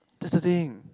that's the thing